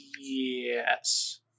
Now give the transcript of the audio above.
yes